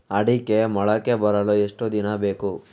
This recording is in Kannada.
ಅಡಿಕೆ ಮೊಳಕೆ ಬರಲು ಎಷ್ಟು ದಿನ ಬೇಕು?